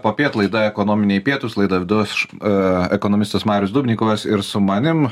popiet laida ekonominiai pietūs laidą vedu aš ekonomistas marius dubnikovas ir su manim